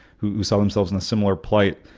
who who saw themselves in a similar plight.